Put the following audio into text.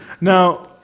Now